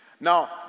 Now